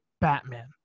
Batman